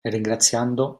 ringraziando